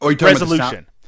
Resolution